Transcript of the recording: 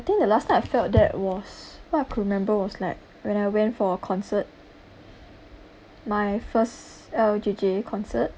think the last time I felt that was what I could remember was like when I went for a concert my first L_J_J concert